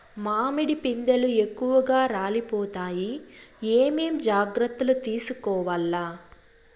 మామిడి పిందెలు ఎక్కువగా రాలిపోతాయి ఏమేం జాగ్రత్తలు తీసుకోవల్ల?